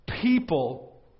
People